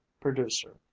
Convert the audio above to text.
producer